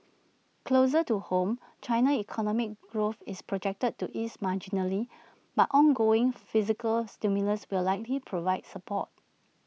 closer to home China's economic growth is projected to ease marginally but ongoing fiscal stimulus will likely provide support